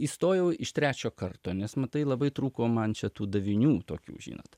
įstojau iš trečio karto nes matai labai trūko man čia tų davinių tokių žinot